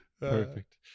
Perfect